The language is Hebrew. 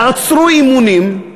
יעצרו אימונים,